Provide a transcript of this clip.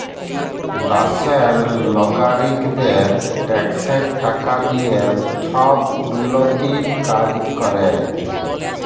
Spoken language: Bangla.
দ্যাশের লগারিকদের ট্যাক্সের টাকা দিঁয়ে ছব উল্ল্যতির কাজ ক্যরে